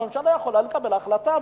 הממשלה יכולה לקבל החלטה,